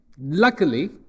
luckily